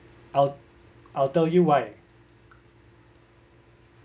I'll I'll tell you why